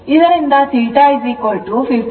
ಆದ್ದರಿಂದ ಇದರಿಂದ theta 52